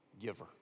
giver